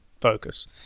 focus